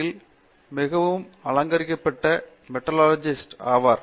யில் மிகவும் அலங்கரிக்கப்பட்ட மெட்டாலர்ஜிஸ்ட் ஆவார்